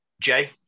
Jay